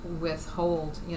withhold